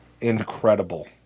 incredible